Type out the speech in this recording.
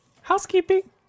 Housekeeping